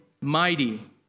Mighty